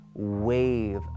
wave